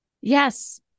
Yes